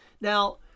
Now